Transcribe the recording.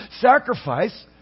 sacrifice